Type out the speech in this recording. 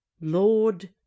Lord